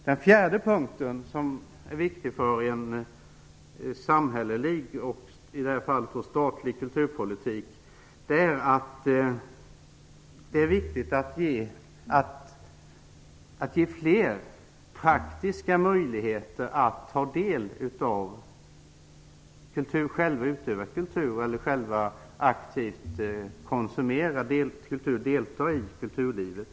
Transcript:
Den fjärde punkten som är viktig för en samhällelig, i detta fall statlig, kulturpolitik är att se till att ge fler praktiska möjligheter att ta del av kulturen, att själva utöva kultur, att aktivt konsumera kultur och delta i kulturlivet.